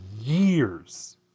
years